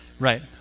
Right